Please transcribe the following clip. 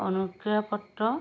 অনুজ্ঞাপত্ৰ